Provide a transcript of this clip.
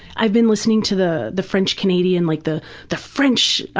i've been listening to the the french canadian, like the the french,